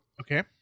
okay